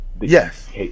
yes